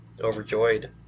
overjoyed